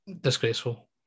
Disgraceful